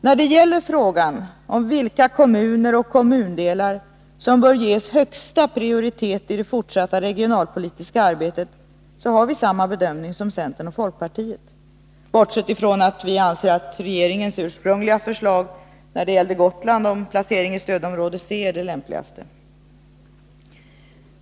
När det gäller frågan om vilka kommuner och kommundelar som bör ges högsta prioritet i det fortsatta regionalpolitiska arbetet har vi samma bedömning som centern och folkpartiet, bortsett från att vi anser att regeringens ursprungliga förslag att Gotland bör placeras i stödområde C är den lämpligaste.